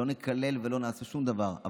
לא נקלל ולא נעשה שום דבר.